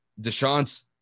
Deshaun's